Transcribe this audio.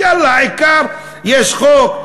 יאללה, העיקר יש חוק,